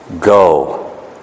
Go